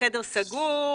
בחדר סגור,